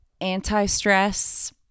anti-stress